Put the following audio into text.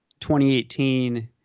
2018